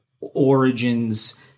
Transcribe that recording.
origins